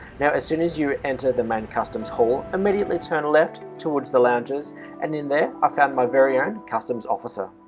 now as soon as you enter the main customs hall, immediately turn left towards the lounges and in there i found my very own customs officer